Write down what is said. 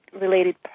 related